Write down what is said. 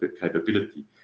capability